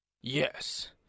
yes